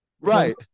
right